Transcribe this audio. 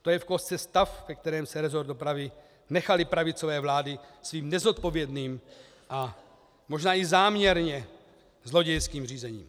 To je v kostce stav, ve kterém rezort dopravy nechaly pravicové vlády svým nezodpovědným a možná i záměrně zlodějským řízením.